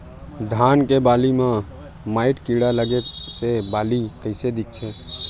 धान के बालि म माईट कीड़ा लगे से बालि कइसे दिखथे?